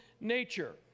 nature